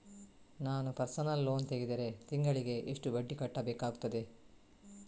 ನಾನು personal loan ತೆಗೆದರೆ ತಿಂಗಳಿಗೆ ಎಷ್ಟು ಬಡ್ಡಿ ಕಟ್ಟಬೇಕಾಗುತ್ತದೆ?